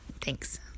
thanks